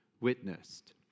witnessed